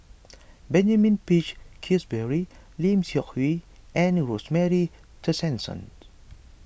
Benjamin Peach Keasberry Lim Seok Hui and Rosemary Tessensohn